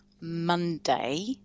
Monday